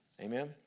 Amen